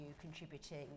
contributing